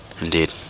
Indeed